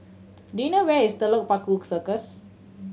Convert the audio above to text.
do you know where is Telok Paku Circus